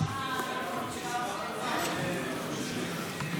"כל השמנים והפתילות כשרות לנר חנוכה,